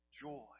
joy